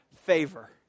favor